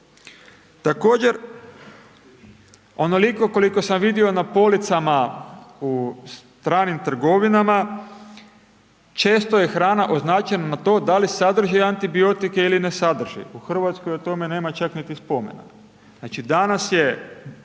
Također onoliko koliko sam vidio na policama u stranim trgovinama često je hrana označena na to da li sadrži antibiotike ili ne sadrži. U Hrvatskoj o tome nema čak niti spomena. Znači danas je,